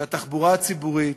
שהתחבורה הציבורית,